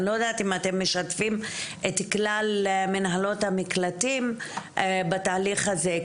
אני לא יודעת אם אתם משתפים את כלל מנהלות המקלטים בתהליך הזה.